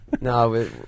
No